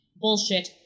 Bullshit